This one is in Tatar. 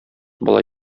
бала